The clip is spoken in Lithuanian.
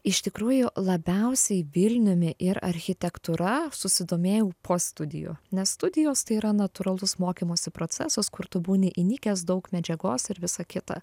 iš tikrųjų labiausiai vilniumi ir architektūra susidomėjau po studijų nes studijos tai yra natūralus mokymosi procesas kur tu būni įnikęs daug medžiagos ir visa kita